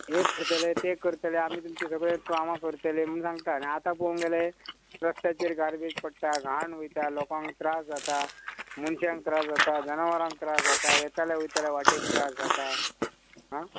हे करतले ते करतले आमी तुमचे सगळे कामां करतले म्हण सांगता आनी आतां पोवोंक गेले रस्त्याचेर गार्बेज पडटा घाण वयता लोकांक त्रास जाता मनशांक त्रास जाता जनावरांक त्रास जाता येताले वयताले वाटेक त्रास जाता आं